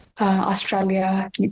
Australia